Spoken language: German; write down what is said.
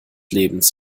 lebens